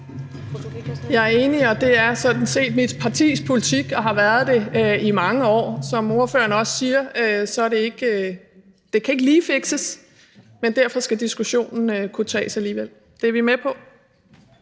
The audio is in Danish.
Jeg er enig, og det er sådan set mit partis politik og har været det i mange år. Som ordføreren også siger, kan det ikke lige fikses, men derfor skal diskussionen kunne tages alligevel. Det er vi med på.